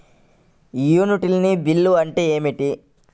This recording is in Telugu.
యుటిలిటీ బిల్లు అంటే ఏమిటి?